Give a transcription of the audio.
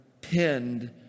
pinned